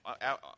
out